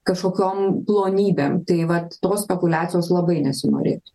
kažkokiom plonybėm tai vat tos spekuliacijos labai nesinorėtų